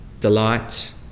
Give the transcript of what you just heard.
delight